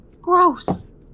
Gross